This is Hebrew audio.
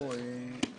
הישיבה